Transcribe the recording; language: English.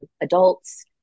adults